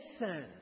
Listen